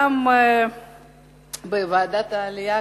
גם בוועדת העלייה,